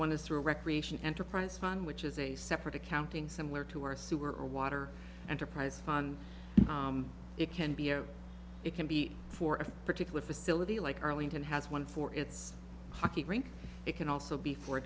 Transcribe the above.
one is through recreation enterprise fund which is a separate accounting similar to our sewer water enterprise fund it can be or it can be for a particular facility like arlington has one for its hockey rink it can also be for